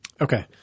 Okay